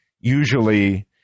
Usually